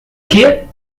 que